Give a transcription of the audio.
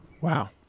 Wow